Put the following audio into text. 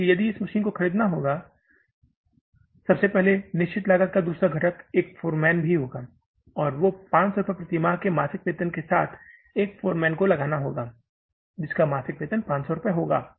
इसलिए हमें इस मशीन को खरीदना होगा सबसे पहले निश्चित लागत का दूसरा घटक एक फोरमैन होगा और 500 रुपये प्रति माह के मासिक वेतन के साथ एक फ़ोरमैन को लगना होगा जिसका मासिक वेतन 500 रुपये होगा